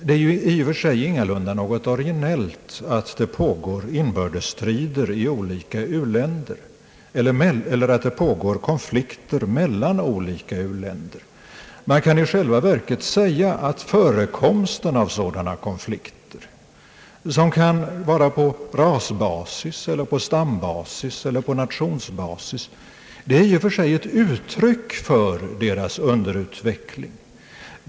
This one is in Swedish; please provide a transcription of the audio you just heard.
Det är ju i och för sig ingalunda något originellt att det pågår inbördesstrider i olika u-länder eller att det pågår konflikter mellan olika uländer. Man kan i själva verket säga att förekomsten av sådana konflikter, som kan vara på rasbasis eller på stambasis eller på nationsbasis, i och för sig är uttryck för underutveckling.